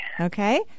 okay